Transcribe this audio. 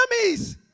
enemies